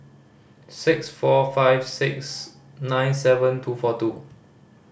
six four five six nine seven two four two